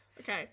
Okay